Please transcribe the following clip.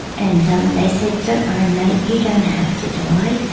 and um they said, don't worry mate, you don't have to die,